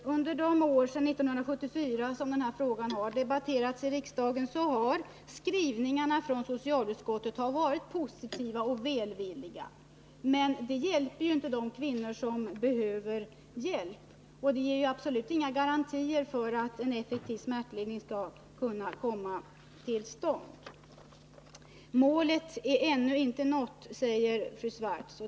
Den här frågan har debatterats i riksdagen sedan 1974. Under dessa år har skrivningarna från socialutskottet varit positiva och välvilliga. Men det hjälper ju inte de kvinnor som behöver smärtlindring. Och det ger inga garantier för att en effektiv smärtlindring kommer till stånd framdeles. Målet är ännu inte nått, sade fru Swartz.